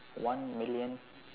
one million